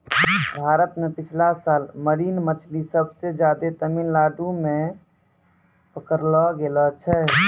भारत मॅ पिछला साल मरीन मछली सबसे ज्यादे तमिलनाडू मॅ पकड़लो गेलो छेलै